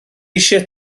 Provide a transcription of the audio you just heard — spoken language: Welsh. eisiau